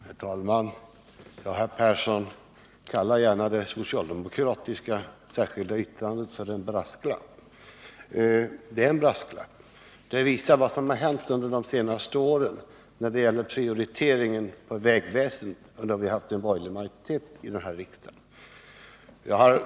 Herr talman! Ja, Arne Persson, kalla gärna det socialdemokratiska särskilda yttrandet för en brasklapp! Det är en brasklapp. Det visar vad som har hänt när det gäller prioriteringen på vägväsendet under de senaste åren, sedan vi fått en borgerlig majoritet i riksdagen.